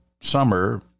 summer